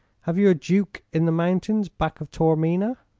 have you a duke in the mountains back of taormina?